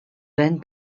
then